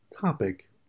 topic